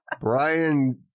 Brian